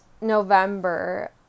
November